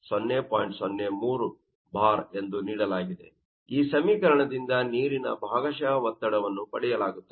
ಆದ್ದರಿಂದ ಈ ಸಮೀಕರಣದಿಂದ ನೀರಿನ ಭಾಗಶಃ ಒತ್ತಡವನ್ನು ಪಡೆಯಲಾಗುತ್ತದೆ